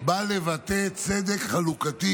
בא לבטא צדק חלוקתי: